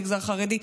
המגזר החרדי,